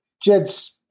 Jed's